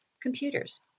computers